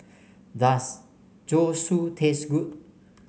does Zosui taste good